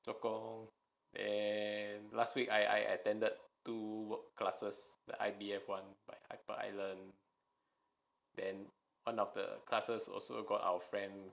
做工 and last week I attended two work classes the I_B_F one per island then one of the classes also got our friend